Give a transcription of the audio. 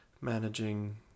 managing